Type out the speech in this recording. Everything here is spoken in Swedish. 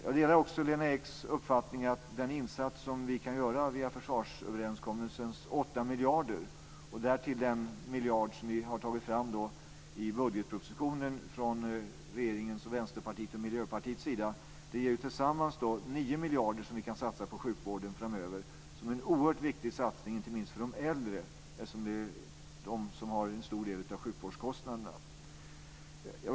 Jag delar också Lena Eks uppfattning att den insats som vi kan göra via försvarsöverenskommelsens åtta miljarder, och därtill den miljard som vi har tagit fram i budgetpropositionen från regeringens, Vänsterpartiets och Miljöpartiets sida tillsammans ger nio miljarder som vi kan satsa på sjukvården framöver. Det är en oerhört viktig satsning inte minst för de äldre, eftersom de har en stor del av sjukvårdskostnaderna.